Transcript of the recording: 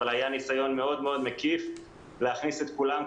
אבל היה ניסיון מאוד מקיף להכניס את כולם,